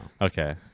Okay